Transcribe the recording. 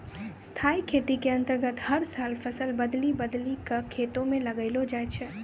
स्थाई खेती के अन्तर्गत हर साल फसल बदली बदली कॅ खेतों म लगैलो जाय छै